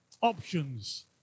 options